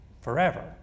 forever